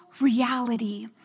reality